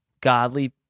godly